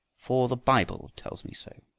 for the bible tells me so.